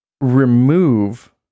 remove